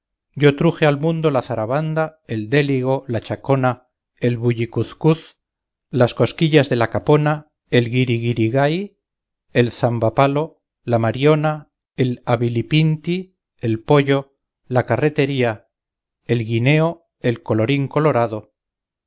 yo truje al mundo la zarabanda el déligo la chacona el bullicuzcuz las cosquillas de la capona el guiriguirigay el zambapalo la mariona el avilipinti el pollo la carretería el hermano bartolo el carcañal el guineo el colorín colorado